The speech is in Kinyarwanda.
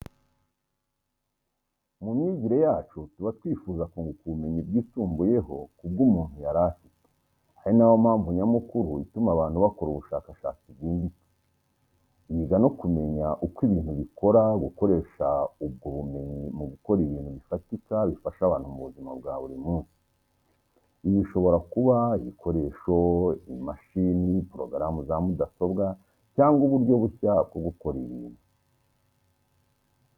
Mu myigire yacu tuba twifuza kunguka ubumenyi bwisumbuyeho ku bw'umuntu yari afie ari na yo mpamvu nyamukuru ituma abantu bakora ubushakashatsi bwimbitse, yiga no kumenya uko ibintu bikora, gukoresha ubwo bumenyi mu gukora ibintu bifatika bifasha abantu mu buzima bwa buri munsi. Ibi bishobora kuba ibikoresho, imashini, porogaramu za mudasobwa, cyangwa uburyo bushya bwo gukora ibintu.